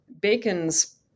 Bacon's